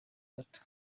gato